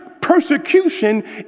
persecution